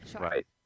Right